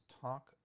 talk